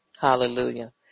Hallelujah